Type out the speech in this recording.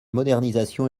modernisation